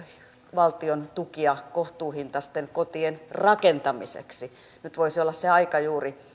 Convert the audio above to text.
valtion tukia kohtuuhintaisten kotien rakentamiseksi nyt juuri voisi olla se aika